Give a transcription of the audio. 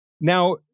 Now